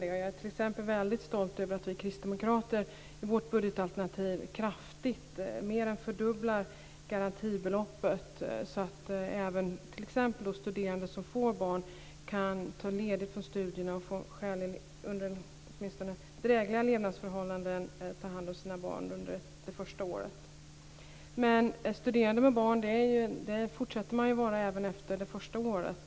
Jag är t.ex. väldigt stolt över att vi kristdemokrater i vårt budgetalternativ kraftigt höjer - mer än fördubblar - garantibeloppet så att även studerande som får barn kan ta ledigt från studierna och under åtminstone drägliga levnadsförhållanden ta hand om sina barn under det första året. Men man fortsätter ju att vara studerande med barn även efter det första året.